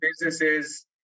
businesses